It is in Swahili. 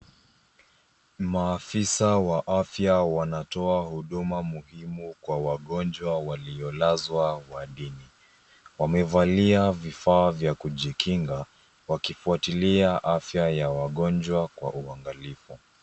Maafisa wa afya wanatoa huduma muhimu kwa wagonjwa waliolazwa wodini. Wamevalia vifaa vya kujikinga wakifuatilia afya ya wagonjwa kwa uangalifu.